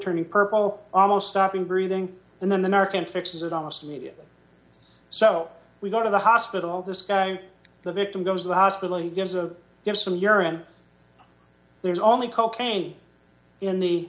turning purple almost stopping breathing and then the american fixes it almost immediately so we go to the hospital this guy the victim goes to the hospital he gives a give some urine there's only cocaine in the